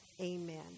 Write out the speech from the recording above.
Amen